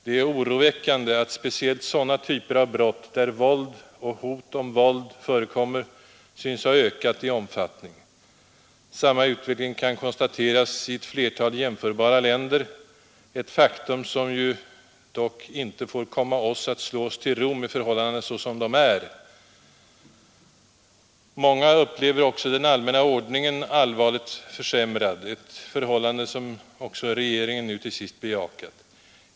Det är oroväckande att speciellt sådana typer av brott, där våld och hot om våld förekommer, synes ha ökat i omfattning. Samma utveckling kan konstateras i ett flertal jämförbara länder, ett faktum som ju dock inte får komma oss att slå oss till ro med förhållandena som de är. Många upplever också att den allmänna ordningen allvarligt försämrats, ett förhållande som även regeringen nu till sist bejakat.